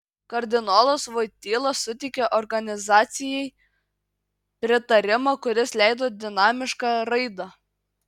kardinolas voityla suteikė organizacijai pritarimą kuris leido dinamišką raidą